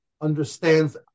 understands